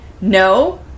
no